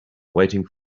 waiting